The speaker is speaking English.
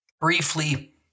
Briefly